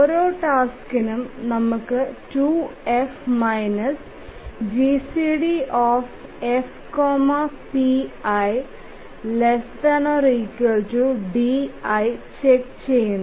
ഓരോ ടാസ്ക്കിനും നമുക്ക് 2F GCD F p i di check ചെയുന്നു